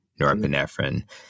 norepinephrine